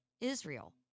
Israel